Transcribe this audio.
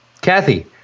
Kathy